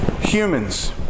humans